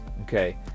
Okay